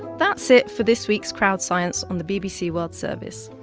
that's it for this week's crowdscience on the bbc world service.